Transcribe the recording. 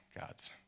God's